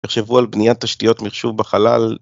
תחשבו על בניית תשתיות מחשוב בחלל.